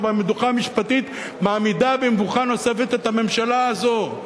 אבל מדוכה משפטית מעמידה במבוכה נוספת את הממשלה הזאת,